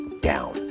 down